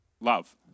love